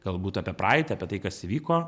galbūt apie praeitį apie tai kas įvyko